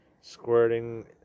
squirting